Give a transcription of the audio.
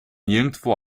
nirgendwo